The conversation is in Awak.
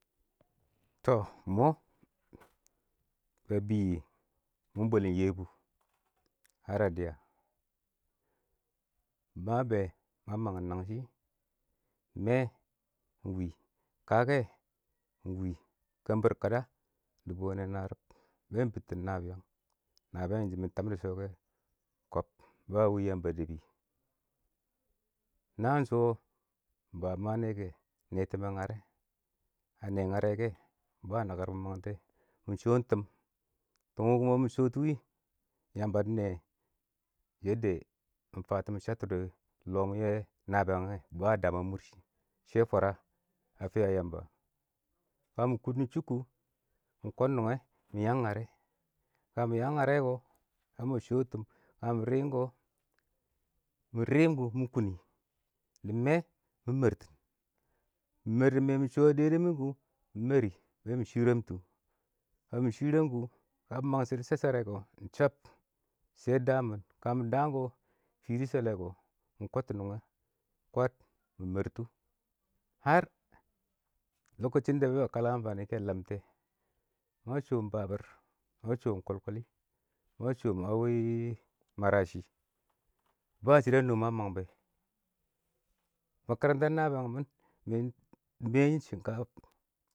Tɔ ɪng mɔ ba bɪb yɪ, mɪ bwɛlɪn Yebu dɪya, ma bɛ, ma mangɪm nangshɪ, mɛɛ ɪng wɪ, kakɛ ɪng wɪ, kəmbir kada ɪng dʊbʊ wɛnɛ narɪb, bɛ ɪng bɪbtɪn nabɪyang, nabɪyang mɪtam dɪ shɔ kɛ, ɪng kɔb. ba wɪ yamba a dəbbɪ, naan shʊ baba ma a lɛ kɛ, nɛtɪmɛ ngarɛ, ba nakɪr mɪ mangtɛ, mɪ shʊn tɪm, tɪm wɪ mɪ shoti, Yamba dɪ nɛ yɛ yɛdda mɪ fa tɔ mɪ shatɔ dɪ lɔ mɔ yɛ nabɪyang ba a mʊr shɪ shɛ fwara a fɪya Yamba. ka mɪ kʊn dɪ chʊb kʊ, mɪ kɔn nungɛ mɪ yang ngarɛ, ya ma shɔ ɪng tɪm, ka mɪ rɪm kɔ mɪ rɪm kɔ mɪ kʊnnɪ, dɪ mɛ mɪ mɛrtɪn, mɪ mɛr dɪ mee mɪ shɔ wɪ mɪ kʊ, mɪ mɛr rɪ bɛ mɪ shɪrɛmtʊ, kamɪ shɪrɛm kʊ, kabɪ mang shɪdɔ shasharɛ kɔ ɪng chab, shɛ daam mɪn, ka fɪ dɪ shɛlɛ kɔ, mɪ kɔd tɔ nʊngɛ kwaad mɪ mɛr tʊ har lokacin wɪ bɛ ba kal wɪ Amfakɛ lamtɛ. ma shɔm babɪr, ma shɔm a wɪ kwalkwallɪ, ma shɔm a wɪ marashɪ, ba shɪdɔ a no ma mang bɛ, makarantan nabɪyang mɪn mɛ ɪng.